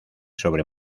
sobre